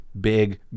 big